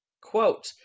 quote